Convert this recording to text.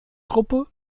gruppe